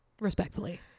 respectfully